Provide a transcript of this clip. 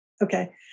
Okay